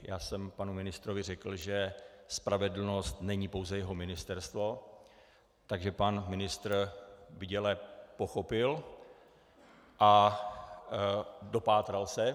Já jsem panu ministrovi řekl, že spravedlnost není pouze jeho ministerstvo, takže pan ministr bděle pochopil a dopátral se.